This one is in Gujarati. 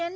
એન